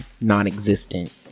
non-existent